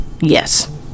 Yes